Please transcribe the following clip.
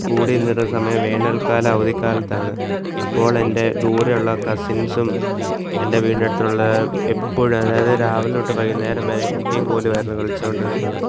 കൂടി നിന്നൊരു സമയം വേനൽക്കാല അവധി കാലത്താണ് അപ്പോൾ എൻ്റെ ദൂരെയുള്ള കസിൻസും എൻ്റെ വീടിനടുത്തുള്ള എപ്പോഴും അതായത് രാവിലെ തൊട്ട് വൈകുന്നേരം വരെ കുട്ടിയും കോലുമായിരുന്നു കളിച്ചുകൊണ്ടിരുന്നത്